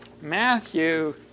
Matthew